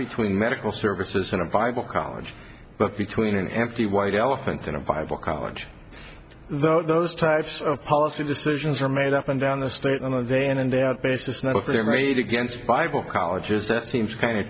between medical services and a bible college but between an empty white elephant and a bible college though those types of policy decisions are made up and down the state on a day in and day out basis now that they're made against bible colleges that seems kind